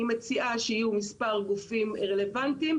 אני מציעה שיהיו מספר גופים רלוונטיים,